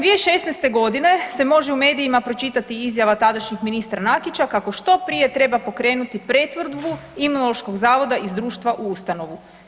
2016. g. se može u medijima pročitati izjava tadanjeg ministra Nakića kako što prije treba pokrenuti pretvorbu Imunološkog zavoda iz društva u ustanovu.